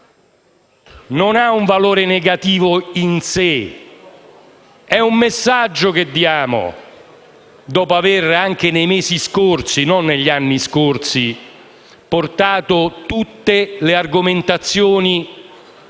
non ha un valore negativo in sé, ma è un messaggio che diamo, dopo aver portato anche nei mesi scorsi (e non negli anni scorsi) tutte le argomentazioni